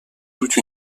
doute